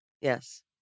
Yes